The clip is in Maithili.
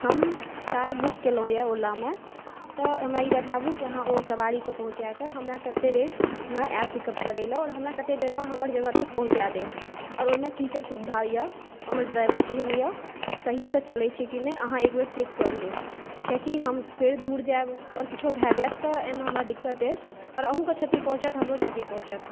हम कार बुक केलउ यऽ ओलामे तऽ हमरा ई बताबु कि अहाँ ओ सवारीकेँ पहुंँचा कऽ हमरा कतए देरमे आएब पिकअप करयलऽ आओर हमरा कतए देरमऽ हमरा हमर जगह पर पहुँचा देब आओर ओहिमे की सभ सुविधा यऽ ओहिमे ड्राइवर केहन यऽ सही से चलय छै कि नहि अहाँ एकबेर चेक कर लेब किआकि हम फेर दूर जायब आओर किछु भै जायत तऽ एहिमे हमरा दिक्कत अछि आओर अहुँकेँ क्षति पहुँचत हमरो क्षति पहुँचत